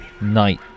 night